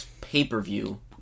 pay-per-view